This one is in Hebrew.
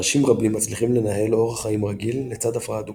אנשים רבים מצליחים לנהל אורח חיים רגיל לצד הפרעה דו-קוטבית.